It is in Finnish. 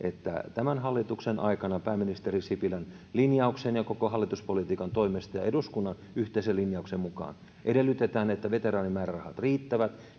tämän hallituksen aikana pääministeri sipilän linjauksen ja koko hallituspolitiikan toimesta ja ja eduskunnan yhteisen linjauksen mukaan edellytetään että veteraanimäärärahat riittävät